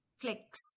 clicks